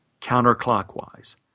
counterclockwise